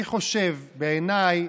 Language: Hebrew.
אני חושב, בעיניי,